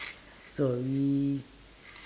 so we